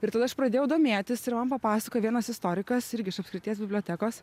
ir tada aš pradėjau domėtis ir man papasakojo vienas istorikas irgi iš apskrities bibliotekos